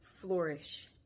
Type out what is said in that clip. flourish